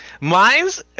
Mine's